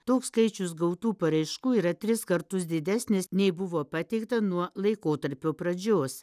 toks skaičius gautų paraiškų yra tris kartus didesnis nei buvo pateikta nuo laikotarpio pradžios